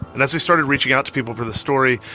and as we started reaching out to people for this story,